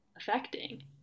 affecting